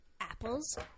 apples